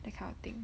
that kind of thing